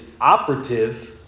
operative